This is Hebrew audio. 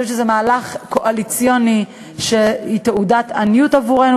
אני חושבת שזה מהלך קואליציוני שהוא תעודת עניות עבורנו,